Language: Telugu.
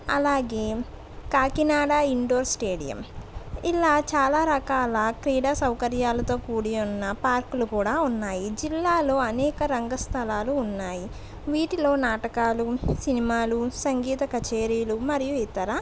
అలాగే కాకినాడ ఇండోర్ స్టేడియం ఇలా చాలా రకాల క్రీడా సౌకర్యాలతో కూడి ఉన్న పార్కులు కూడా ఉన్నాయి జిల్లాలో అనేక రంగస్థలాలు ఉన్నాయి వీటిలో నాటకాలు సినిమాలు సంగీత కచేరీలు మరియు ఇతర